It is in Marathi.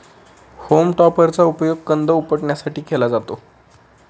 होम टॉपरचा उपयोग कंद उपटण्यासाठी केला जातो